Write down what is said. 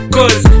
Cause